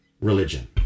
religion